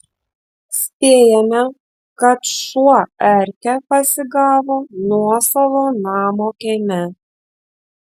spėjame kad šuo erkę pasigavo nuosavo namo kieme